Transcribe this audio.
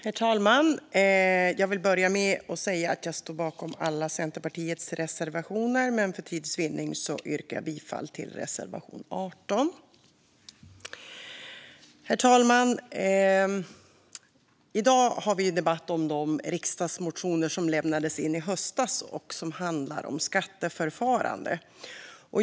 Herr talman! Jag vill börja med att säga att jag står bakom alla Centerpartiets reservationer men att jag för tids vinning yrkar bifall enbart till reservation 18. Herr talman! I dag har vi en debatt om de riksdagsmotioner som lämnades in i höstas och som handlar om skatteförfarande.